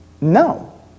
No